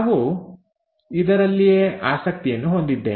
ನಾವು ಇದರಲ್ಲಿಯೇ ಆಸಕ್ತಿಯನ್ನು ಹೊಂದಿದ್ದೇವೆ